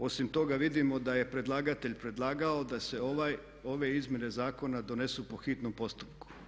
Osim toga vidimo da je predlagatelj predlagao da se ove izmjene zakona donesu po hitnom postupku.